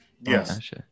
Yes